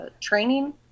training